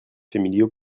familiaux